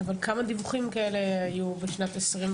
אבל כמה דיווחים כאלה היו בשנת 2021?